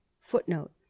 Footnote